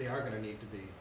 they are going to need to be